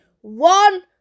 one